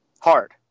hard